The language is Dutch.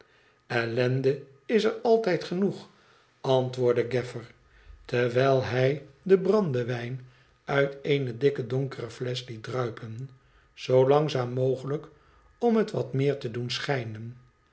ellende is er altijd genoeg antwoordde gaflfer terwijl hij den brandewijn uit eene dikke donkere flesch liet druipen zoo langzaam mogelijk om het wat meer te doen schijnen